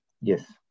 Yes